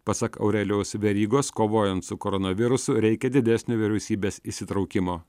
pasak aurelijaus verygos kovojant su koronavirusu reikia didesnio vyriausybės įsitraukimo